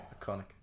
Iconic